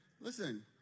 Listen